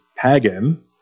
pagan